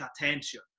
attention